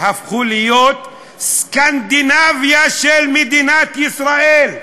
והפכו להיות סקנדינביה של מדינת ישראל,